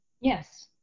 yes